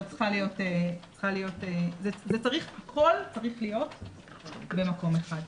אבל הכול צריך להיות במקום אחד.